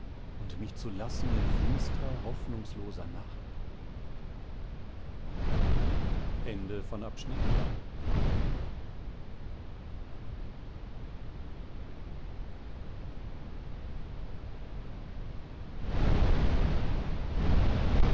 und mich zu lassen in finstrer hoffnungsloser nacht